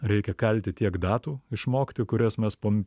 reikia kalti tiek datų išmokti kurias mes po